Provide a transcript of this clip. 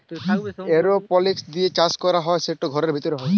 এরওপলিক্স দিঁয়ে চাষ ক্যরা হ্যয় সেট ঘরের ভিতরে হ্যয়